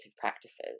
practices